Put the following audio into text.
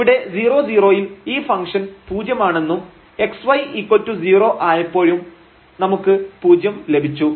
ഇവിടെ 00ൽ ഈ ഫംഗ്ഷൻപൂജ്യമാണെന്നും xy0 ആയപ്പോഴും നമുക്ക് പൂജ്യം ലഭിച്ചു